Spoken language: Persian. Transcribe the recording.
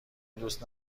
دوست